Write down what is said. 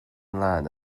lân